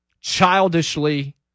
Childishly